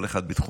כל אחד בתחומו.